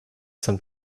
some